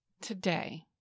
today